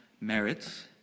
merits